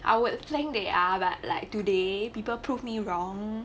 I would think they are but like today people prove me wrong